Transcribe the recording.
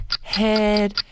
head